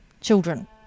children